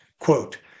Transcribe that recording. Quote